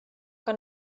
que